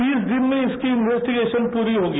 तीस दिन में इसकी इन्वेस्टीभेशन पूरी होगी